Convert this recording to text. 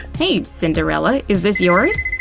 hey cinderella! is this yours?